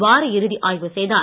வாரஇறுதி ஆய்வு செய்தார்